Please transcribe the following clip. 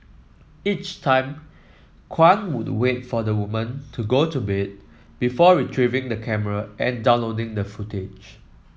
each time Kwan would wait for the woman to go to bed before retrieving the camera and downloading the footage